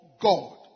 God